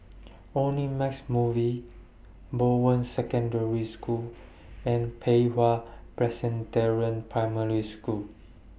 Omnimax Movies Bowen Secondary School and Pei Hwa Presbyterian Primary School